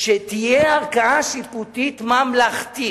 שתהיה ערכאה שיפוטית ממלכתית,